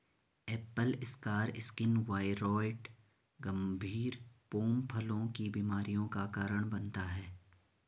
Apple scar skin viroid गंभीर pome फलों की बीमारियों का कारण बनता है